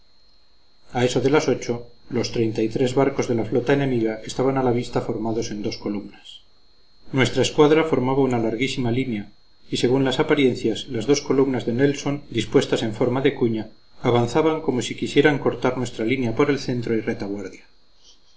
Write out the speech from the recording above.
a eso de las ocho los treinta y tres barcos de la flota enemiga estaban a la vista formados en dos columnas nuestra escuadra formaba una larguísima línea y según las apariencias las dos columnas de dispuestas en forma de cuña avanzaban como si quisieran cortar nuestra línea por el centro y retaguardia